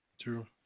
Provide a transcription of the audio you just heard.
True